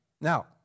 Now